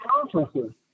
conferences